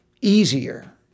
easier